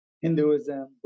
hinduism